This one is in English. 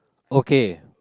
okay